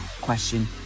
question